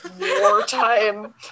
wartime